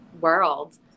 world